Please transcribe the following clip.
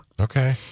Okay